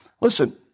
Listen